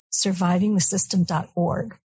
survivingthesystem.org